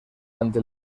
ante